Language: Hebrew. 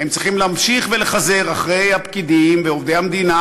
הם צריכים להמשיך ולחזר אחרי הפקידים ועובדי המדינה